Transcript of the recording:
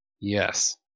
Yes